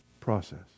process